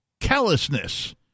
callousness